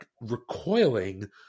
recoiling